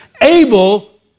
Abel